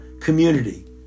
community